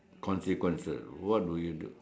consequences what do you do